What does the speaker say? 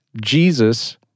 Jesus